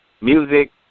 music